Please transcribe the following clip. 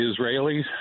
Israelis